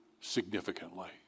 significantly